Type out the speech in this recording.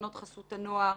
מעונות חסות הנוער,